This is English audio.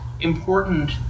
important